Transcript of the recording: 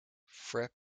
fripp